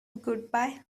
goodbye